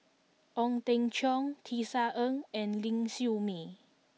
Ong Teng Cheong Tisa Ng and Ling Siew May